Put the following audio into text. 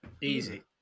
Easy